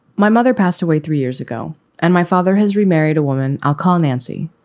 my mother passed away three years ago and my father has remarried a woman. i'll call nancy.